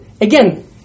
Again